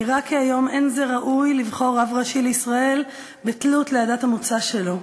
נראה כי היום אין זה ראוי לבחור רב ראשי לישראל בתלות בעדת המוצא שלו,